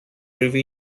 revel